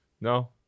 No